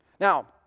Now